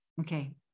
Okay